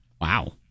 Wow